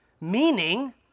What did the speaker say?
Meaning